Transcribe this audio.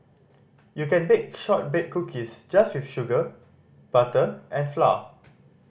you can bake shortbread cookies just with sugar butter and flour